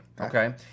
Okay